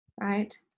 right